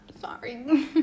sorry